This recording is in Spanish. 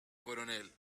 coronel